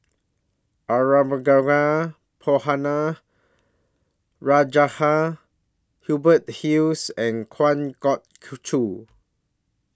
Arumugam Ponnu Rajah Hubert Hill and Kuam Kwa Geok Choo